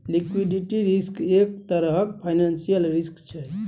liquidity risk एक तरहक financial risk छै